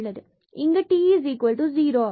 இங்கு t0 ஆகும்